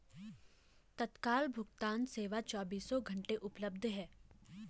तत्काल भुगतान सेवा चोबीसों घंटे उपलब्ध है